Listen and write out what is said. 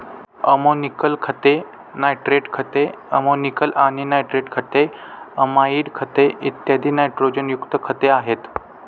ammoniacal खते, nitrate खते, ammoniacal आणि नायट्रेट खते, अमाइड खते, इत्यादी नायट्रोजनयुक्त खते आहेत